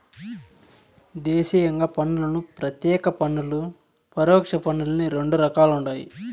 దేశీయంగా పన్నులను ప్రత్యేక పన్నులు, పరోక్ష పన్నులని రెండు రకాలుండాయి